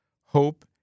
hope